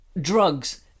Drugs